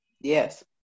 Yes